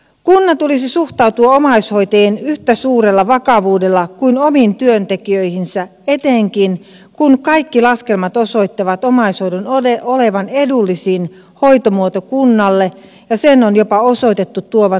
kunnan tulisi suhtautua omaishoitajiin yhtä suurella vakavuudella kuin omiin työntekijöihinsä etenkin kun kaikki laskelmat osoittavat omaishoidon olevan edullisin hoitomuoto kunnalle ja sen on jopa osoitettu tuovan huomattavia säästöjä